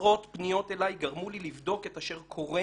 עשרות פניות אלי גרמו לי לבדוק את אשר קורה